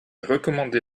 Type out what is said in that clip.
recommandé